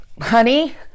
Honey